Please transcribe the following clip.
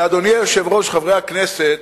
אדוני היושב-ראש, חברי הכנסת,